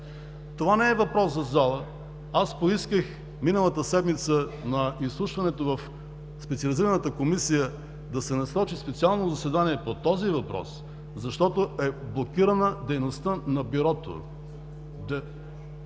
Това не е въпрос за залата. Аз поисках миналата седмица на изслушването в Специализираната комисия да се насрочи специално заседание по този въпрос, защото е блокирана дейността на Бюрото.